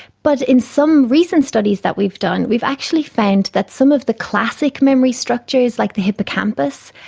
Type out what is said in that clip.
but in some recent studies that we've done, we've actually found that some of the classic memory structures, like the hippocampus,